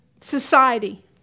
society